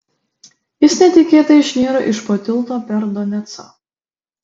jis netikėtai išniro iš po tilto per donecą